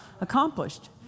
accomplished